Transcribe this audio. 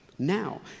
Now